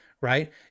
Right